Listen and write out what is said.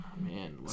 Man